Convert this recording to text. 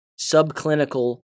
subclinical